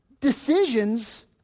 decisions